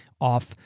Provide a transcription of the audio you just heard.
off